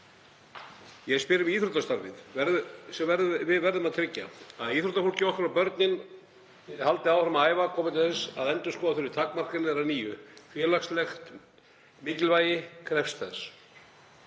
Ég spyr um íþróttastarfið sem við verðum að tryggja, að íþróttafólkið okkar og börnin geti haldið áfram að æfa, komi til þess að endurskoða þurfi takmarkanir að nýju. Félagslegt mikilvægi krefst